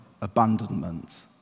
abandonment